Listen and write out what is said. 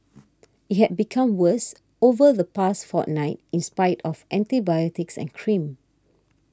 it had become worse over the past fortnight in spite of antibiotics and cream